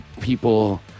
people